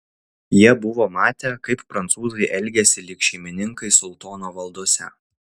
jie buvo matę kaip prancūzai elgiasi lyg šeimininkai sultono valdose